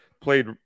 played